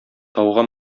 тауга